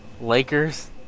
Lakers